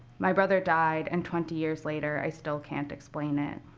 my brother died, and twenty years later, i still can't explain it.